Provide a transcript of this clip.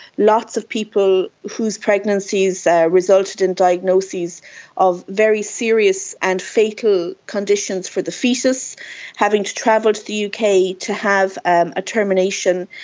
lots of people whose pregnancies resulted in diagnoses of very serious and fatal conditions for the foetus having to travel to the uk to have a termination,